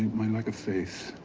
my lack of faith,